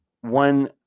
One